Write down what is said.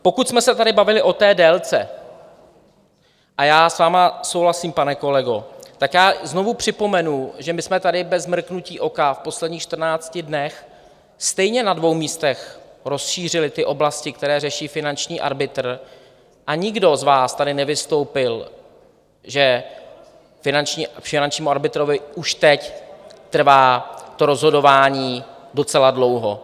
Pokud jsme se tady bavili o té délce já s vámi souhlasím, pane kolego tak znovu připomenu, že jsme tady bez mrknutí oka v posledních čtrnácti dnech stejně na dvou místech rozšířili ty oblasti, které řeší finanční arbitr, a nikdo z vás tady nevystoupil, že finančnímu arbitrovi už teď trvá to rozhodování docela dlouho.